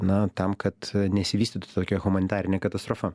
na tam kad nesivystytų tokia humanitarinė katastrofa